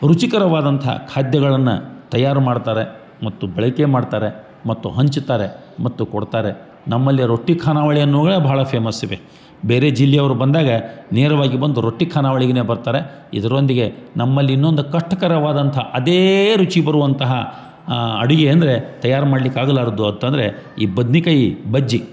ರುಚಿಕರವಾದಂಥ ಖಾದ್ಯಗಳನ್ನು ತಯಾರು ಮಾಡ್ತಾರೆ ಮತ್ತು ಬಳಕೆ ಮಾಡ್ತಾರೆ ಮತ್ತು ಹಂಚುತ್ತಾರೆ ಮತ್ತು ಕೊಡ್ತಾರೆ ನಮ್ಮಲ್ಲಿ ರೊಟ್ಟಿ ಖಾನಾವಳಿ ಅನ್ನುವ್ಗಳೇ ಭಾಳ ಫೇಮಸ್ ಇವೆ ಬೇರೆ ಜಿಲ್ಲೆಯವರು ಬಂದಾಗ ನೇರವಾಗಿ ಬಂದು ರೊಟ್ಟಿ ಖಾನಾವಳಿಗೆ ಬರ್ತಾರೆ ಇದರೊಂದಿಗೆ ನಮ್ಮಲ್ಲಿ ಇನ್ನೊಂದು ಕಷ್ಟಕರವಾದಂಥ ಅದೇ ರುಚಿ ಬರುವಂತಹ ಅಡುಗೆ ಅಂದರೆ ತಯಾರು ಮಾಡ್ಲಿಕ್ಕೆ ಆಗಲಾರದು ಅಂತ ಅಂದರೆ ಈ ಬದ್ನಿಕಾಯಿ ಬಜ್ಜಿ